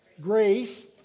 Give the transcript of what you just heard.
grace